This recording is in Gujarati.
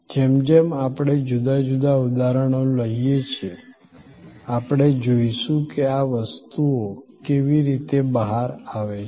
જેમ જેમ આપણે જુદા જુદા ઉદાહરણો લઈએ છીએ આપણે જોઈશું કે આ વસ્તુઓ કેવી રીતે બહાર આવે છે